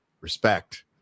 respect